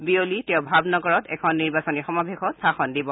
বিয়লি তেওঁ ভাবনগৰত এখন নিৰ্বাচনী সমাৱেশত ভাষণ দিব